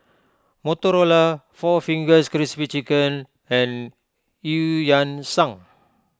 Motorola four Fingers Crispy Chicken and Eu Yan Sang